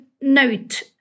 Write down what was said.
note